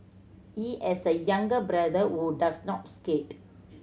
he has a younger brother who does not skate